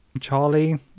charlie